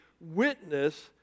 witness